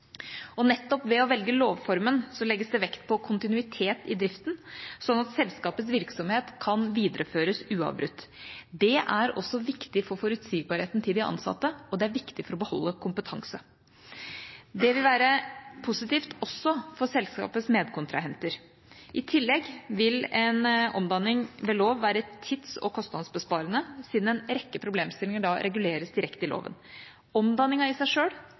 aksjeselskaper. Nettopp ved å velge lovformen legges det vekt på kontinuitet i driften, sånn at selskapets virksomhet kan videreføres uavbrutt. Det er også viktig for forutsigbarheten til de ansatte, og det er viktig for å beholde kompetanse. Det vil være positivt også for selskapets medkontrahenter. I tillegg vil en omdanning ved lov være tids- og kostnadsbesparende, siden en rekke problemstillinger da reguleres direkte i loven. Omdanningen i seg